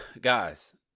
guys